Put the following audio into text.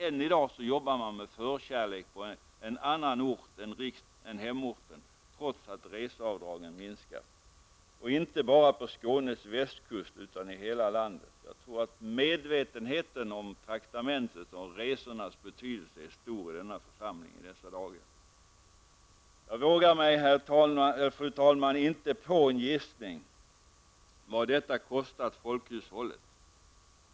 Än i dag jobbar man med förkärlek på en annan ort än hemorten trots att reseavdragen minskar, och inte bara på Skånes västkust utan i hela landet. Jag tror att medvetenheten om traktamentets och resornas betydelse är stor i denna församling i dessa dagar. Jag vågar mig, fru talman, inte på en gissning om vad detta kostat folkhushållet.